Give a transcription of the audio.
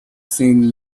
seen